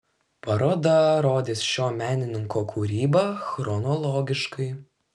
paroda rodys šio menininko kūrybą chronologiškai